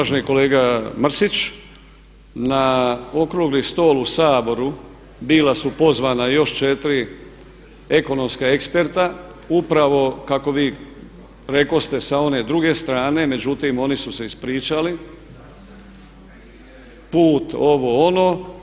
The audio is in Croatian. Uvaženi kolega Mrsić na okrugli stol u Saboru bila su pozvana još 4 ekonomska eksperta upravo kako vi rekoste sa one druge strane međutim oni su se ispričali, put i ovo, ono.